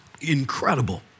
incredible